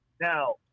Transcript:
Now